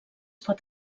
pot